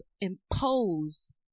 impose